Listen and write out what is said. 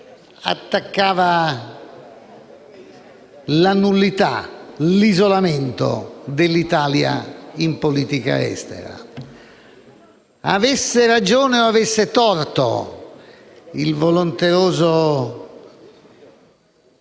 attaccava la nullità e l'isolamento dell'Italia in politica estera. Avesse ragione o torto il volenteroso